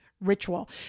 ritual